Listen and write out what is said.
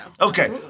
Okay